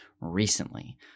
recently